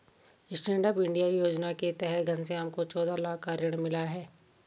stand up India योजना के तहत घनश्याम को चौदह लाख का ऋण मिला है